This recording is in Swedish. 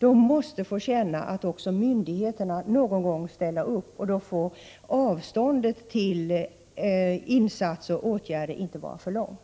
De måste få känna att också myndigheterna någon gång ställer upp. Då får avståndet till insatser och Prot. 1988/89:9 åtgärder inte vara för långt.